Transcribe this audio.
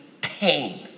pain